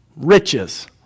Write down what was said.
riches